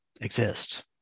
exist